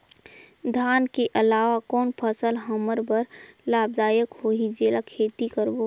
धान के अलावा कौन फसल हमर बर लाभदायक होही जेला खेती करबो?